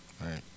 Right